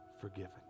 forgiven